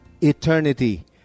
eternity